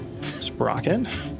sprocket